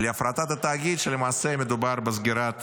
להפרטת התאגיד, שלמעשה מדובר בסגירת